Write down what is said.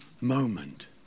moment